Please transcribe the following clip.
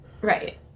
right